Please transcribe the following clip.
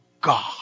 God